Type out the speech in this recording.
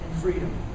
freedom